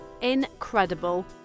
Incredible